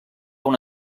una